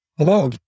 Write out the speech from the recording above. Hello